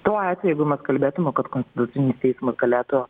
tuo atveju jeigu mes kalbėtume kad konstitucinis teismas galėtų